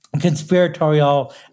conspiratorial